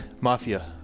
Mafia